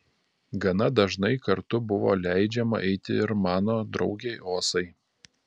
gana dažnai kartu buvo leidžiama eiti ir mano draugei osai